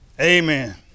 Amen